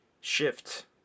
shift